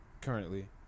Currently